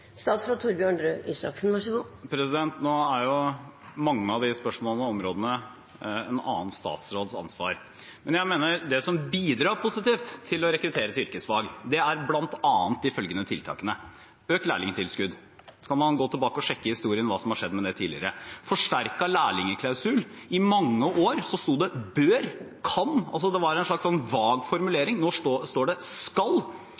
Nå er jo mange av de spørsmålene og områdene en annen statsråds ansvar. Men jeg mener at det som bidrar positivt til å rekruttere til yrkesfag, er bl.a. økt lærlingtilskudd – her kan man gå tilbake og sjekke historien når det gjelder hva som har skjedd med det tidligere. Og vi har forsterket lærlingklausul. I mange år sto det «bør», «kan» – det var en